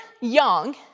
young